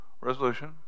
resolution